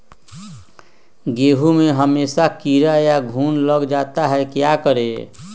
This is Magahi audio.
गेंहू में हमेसा कीड़ा या घुन लग जाता है क्या करें?